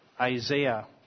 Isaiah